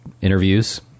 interviews